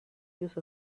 use